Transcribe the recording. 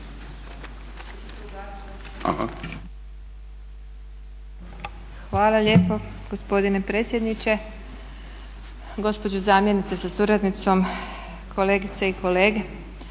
Hvala lijepo gospodine predsjedniče, gospođo zamjenice sa suradnicom, kolegice i kolege.